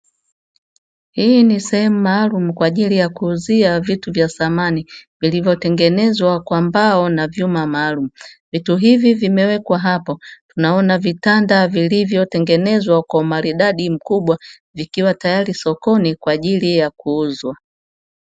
Hii ni sehemu maalumu kwa ajili ya kuuzia vitu vya samani vilivyotengenezwa kwa mbao na vyuma maalumu, vitu hivi vimewekwa hapo; tunaona vitanda vilivyotengenezwa kwa umaridadi mkubwa vikiwa tayari sokoni kwa ajili ya kuuzwa.